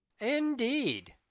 indeed